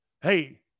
Hey